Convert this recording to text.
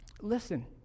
listen